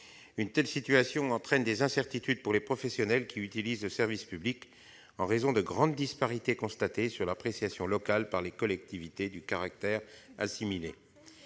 Une telle situation entraîne des incertitudes pour les professionnels qui utilisent le service public, en raison de grandes disparités constatées dans l'appréciation locale, par les collectivités territoriales, du caractère assimilé